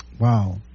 Wow